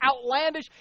outlandish